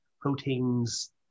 Proteins